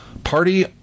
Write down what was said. Party